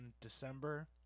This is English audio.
December